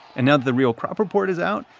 and now that the real crop report is out,